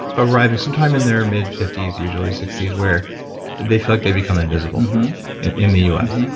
arriving sometime in their mid fifty s usually, sixty s, where they feel like they become invisible in in the u s.